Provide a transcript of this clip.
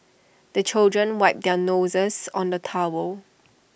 the children wipe their noses on the towel